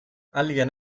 alguien